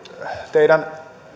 teidän